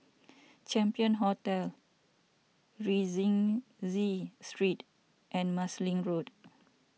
Champion Hotel Rienzi Street and Marsiling Road